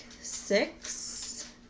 six